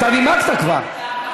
אתה נימקת כבר.